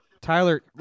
Tyler